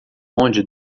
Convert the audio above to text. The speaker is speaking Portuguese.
onde